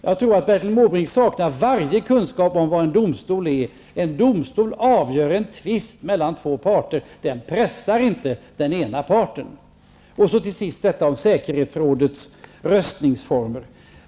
Jag tror att Bertil Måbrink saknar varje kunskap om vad en domstol är. En domstol avgör en tvist mellan två parter. Den pressar inte den ena parten. Till sist till detta med säkerhetsrådets röstningsformer.